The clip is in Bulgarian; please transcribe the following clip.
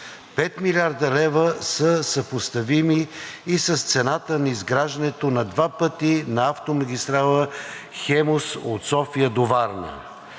Пет милиарда лева са съпоставими и с цената на изграждането на два пъти на автомагистрала „Хемус“ от София до Варна.